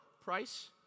price